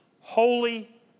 holy